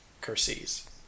Curses